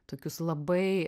tokius labai